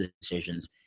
decisions